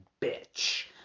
bitch